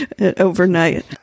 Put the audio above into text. overnight